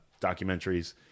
documentaries